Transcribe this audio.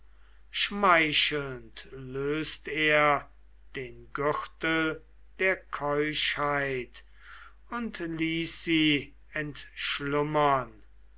schmeichelnd löst er den gürtel der keuschheit und ließ sie entschlummern